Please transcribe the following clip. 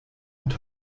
und